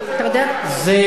אתה יודע כמה עולה "קוטג'" היום?